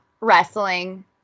wrestling